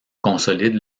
consolide